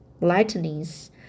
lightnings